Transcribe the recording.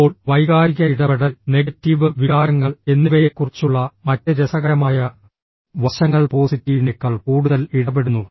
ഇപ്പോൾ വൈകാരിക ഇടപെടൽ നെഗറ്റീവ് വികാരങ്ങൾ എന്നിവയെക്കുറിച്ചുള്ള മറ്റ് രസകരമായ വശങ്ങൾ പോസിറ്റീവിനേക്കാൾ കൂടുതൽ ഇടപെടുന്നു